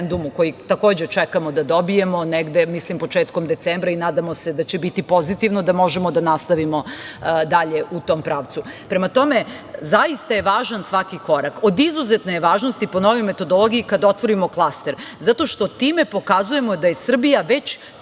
koji takođe čekamo da dobijemo negde, mislim, početkom decembra i nadamo se da će biti pozitivno da možemo da nastavimo dalje u tom pravcu. Prema tome, zaista je važan svaki korak, od izuzetne je važnosti po novim metodologiji kada otvorimo klaster zato što time pokazujemo da je Srbija već